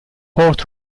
port